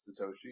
Satoshi